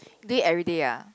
do it everyday ah